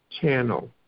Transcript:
channel